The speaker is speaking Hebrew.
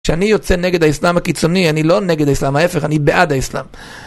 כשאני יוצא נגד האסלאם הקיצוני, אני לא נגד האסלאם, ההפך, אני בעד האסלאם.